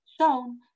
shown